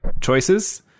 choices